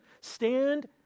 stand